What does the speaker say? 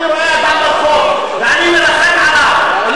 אני רואה אדם ברחוב ואני מרחם עליו,